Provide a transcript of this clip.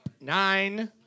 nine